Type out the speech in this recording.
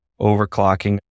overclocking